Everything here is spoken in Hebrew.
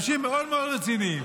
אנשים מאוד מאוד רציניים.